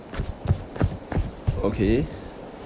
okay